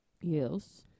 Yes